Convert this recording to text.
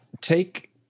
take